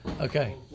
Okay